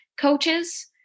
coaches